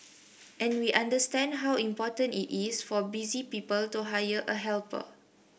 and we understand how important it is for busy people to hire a helper